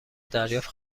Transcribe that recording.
دریافت